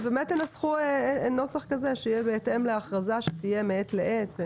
אז תנסחו נוסח כזה שיהיה בהתאם להכרזה שתהיה מעת לעת.